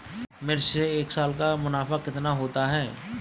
मिर्च से एक साल का मुनाफा कितना होता है?